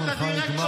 זמנך נגמר.